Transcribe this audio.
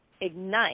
ignite